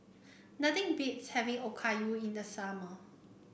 nothing beats having Okayu in the summer